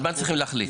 על מה צריכים להחליט?